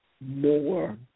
more